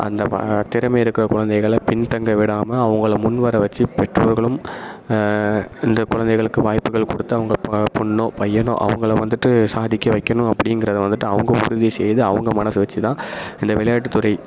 அந்த வா திறமை இருக்கிற குழந்தைகளை பின் தங்க விடாமல் அவங்கள முன் வர வச்சி பெற்றோர்களும் இந்த குழந்தைகளுக்கு வாய்ப்புகள் கொடுத்து அவங்க ப பொண்ணோ பையனோ அவங்கள வந்துவிட்டு சாதிக்க வைக்கணும் அப்படிங்கிறத வந்துவிட்டு அவங்க உறுதி செய்து அவங்க மனசு வச்சி தான் இந்த விளையாட்டுத்துறை